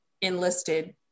enlisted